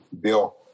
Bill